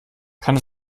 kann